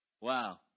wow